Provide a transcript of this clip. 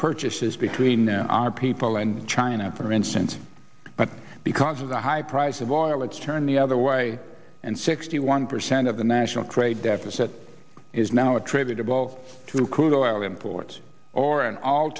purchases between now people and china for instance but because of the high price of oil it's turned the other way and sixty one percent of the national trade deficit is now attributable to crude oil imports or an all